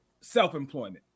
self-employment